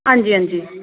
हां जी हां जी